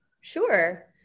Sure